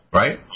right